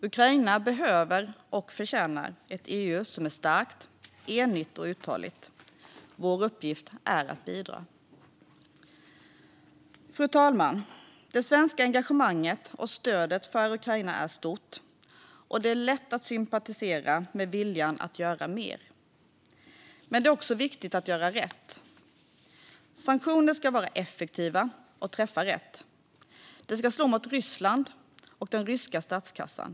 Ukraina behöver och förtjänar ett EU som är starkt, enigt och uthålligt. Vår uppgift är att bidra. Fru talman! Det svenska engagemanget och stödet för Ukraina är stort, och det är lätt att sympatisera med viljan att göra mer. Men det är också viktigt att göra rätt. Sanktioner ska vara effektiva och träffa rätt. De ska slå mot Ryssland och den ryska statskassan.